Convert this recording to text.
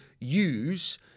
use